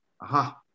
Aha